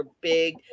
big